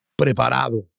Preparado